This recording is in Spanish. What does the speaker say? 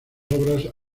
obras